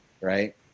right